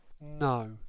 No